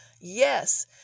yes